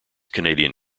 canadian